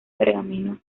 pergamino